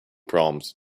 proms